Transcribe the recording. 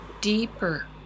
deeper